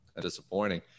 disappointing